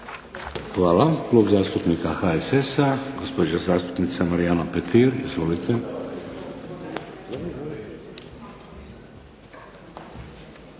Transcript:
Hvala. Klub zastupnika HSS-a, gospođa zastupnica Marijana Petir. Izvolite.